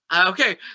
okay